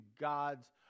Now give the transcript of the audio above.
God's